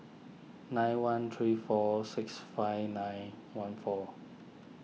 nine one three four six five nine one four